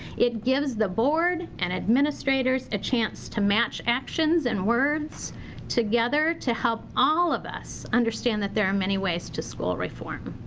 it gives the board and administrators a chance to match actions and words together. to help all of us understand there are many ways to school reform.